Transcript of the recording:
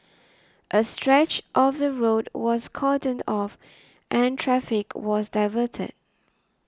a stretch of the road was cordoned off and traffic was diverted